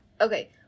Okay